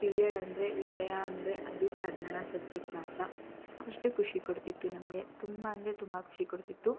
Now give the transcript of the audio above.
period ಅಂದರೆ ವಿಷಯ ಅಂದರೆ ಅದು ಕನ್ನಡ ಸಬ್ಜೆಕ್ಟ್ ಮಾತ್ರ ಅಷ್ಟು ಖುಷಿ ಕೊಡ್ತಿತ್ತು ನಮಗೆ ತುಂಬ ಅಂದರೆ ತುಂಬ ಖುಷಿ ಕೊಡ್ತಿತ್ತು